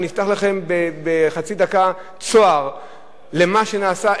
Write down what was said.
אפתח לכם בחצי דקה צוהר למה שנעשה,